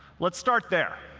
let's start there.